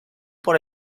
por